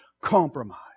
compromise